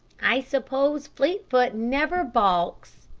i suppose fleetfoot never balks,